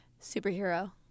Superhero